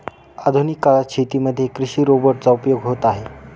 आधुनिक काळात शेतीमध्ये कृषि रोबोट चा उपयोग होत आहे